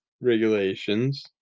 Regulations